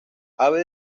ave